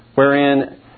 wherein